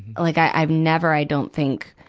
like i, i've never, i don't think,